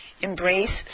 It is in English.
embrace